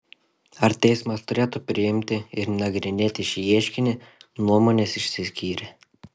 ar teismas turėtų priimti ir nagrinėti šį ieškinį nuomonės išsiskyrė